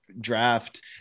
draft